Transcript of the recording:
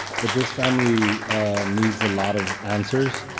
but this family needs a lot of answers.